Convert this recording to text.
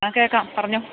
ആ കേള്ക്കാം പറഞ്ഞോ